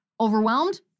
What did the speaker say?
Overwhelmed